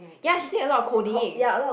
ya she thinks a lot of coding